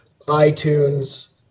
iTunes